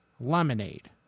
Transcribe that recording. lemonade